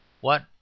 What